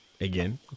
again